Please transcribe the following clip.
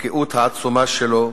הבקיאות העצומה שלו,